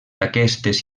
aquestes